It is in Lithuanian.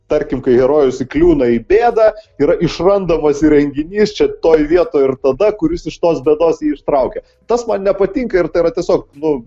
tarkim kai herojus įkliūna į bėdą yra išrandamas įrenginys čia toj vietoj ir tada kuris iš tos bėdos jį ištraukia tas man nepatinka ir tai yra tiesiog nu